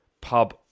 pub